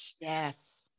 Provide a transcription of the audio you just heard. Yes